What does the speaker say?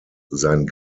sein